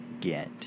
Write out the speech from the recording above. get